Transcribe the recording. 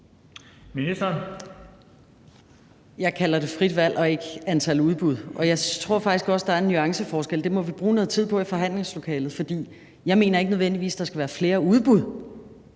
Jeg kalder det frit valg og ikke antal udbud, og jeg tror faktisk også, at der er en nuanceforskel, men det må vi bruge noget tid på i forhandlingslokalet, for jeg mener ikke nødvendigvis, at der skal være flere udbud